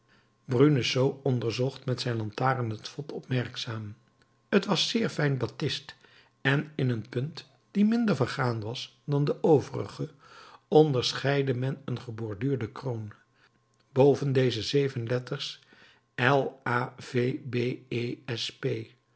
bruneseau onderzocht met zijn lantaarn het vod opmerkzaam t was zeer fijn batist en in een punt die minder vergaan was dan het overige onderscheidde men een geborduurde kroon boven deze zeven letters